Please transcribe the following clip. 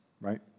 right